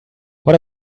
what